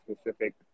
specific